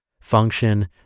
function